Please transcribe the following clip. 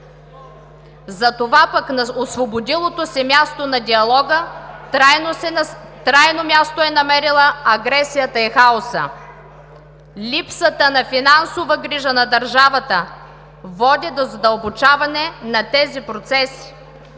Затова пък на освободилото се място на диалога трайно място са намерили агресията и хаоса. Липсата на финансова грижа на държавата води до задълбочаване на тези процеси.